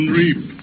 reap